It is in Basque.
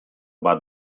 bat